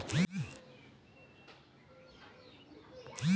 नदी पे नहर बना के ओकरे पानी के सिंचाई में काम लिहल जाला